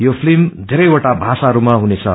यो फिल्म धेरैवटा भाषाहरूमा हुनेछ